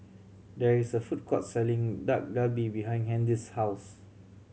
there is a food court selling Dak Galbi behind Handy's house